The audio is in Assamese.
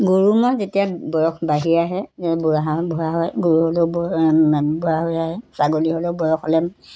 গৰু ম'হ যেতিয়া বয়স বাঢ়ি আহে বুঢ়া বুঢ়া হয় গৰু বুঢ়া হৈ আহে ছাগলী হ'লেও বয়স হ'লে